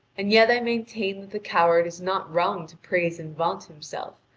and yet i maintain that the coward is not wrong to praise and vaunt himself,